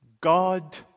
God